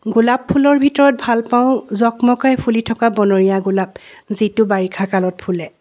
গোলাপ ফুলৰ ভিতৰত ভাল পাওঁ জকমকাই ফুলি থকা বনৰীয়া গোলাপ যিটো বাৰিষা কালত ফুলে